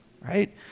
right